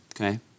Okay